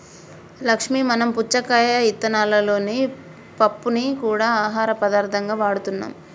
లక్ష్మీ మనం పుచ్చకాయ ఇత్తనాలలోని పప్పుని గూడా ఆహార పదార్థంగా వాడుతున్నాం